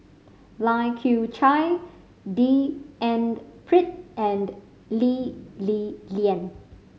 Lai Kew Chai D and Pritt and Lee Li Lian